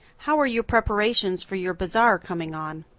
how are your preparations for your bazaar coming on?